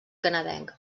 canadenc